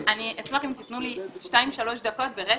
אני אשמח אם תתנו לי שתיים-שלוש דקות ברצף,